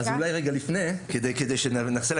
אז אולי רגע לפני כדי שנעשה,